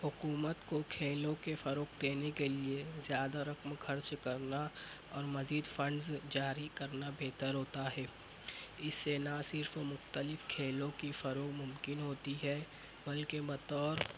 حکومت کو کھیلوں کے فروغ دینے کے لئے زیادہ رقم خرچ کرنا اور مزید فنڈز جاری کرنا بہتر ہوتا ہے اس سے نہ صرف مختلف کھیلوں کی فروغ ممکن ہوتی ہے بلکہ بطور